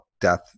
death